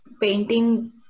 painting